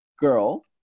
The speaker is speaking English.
girl